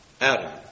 Adam